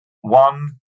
One